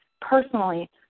personally